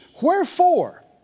Wherefore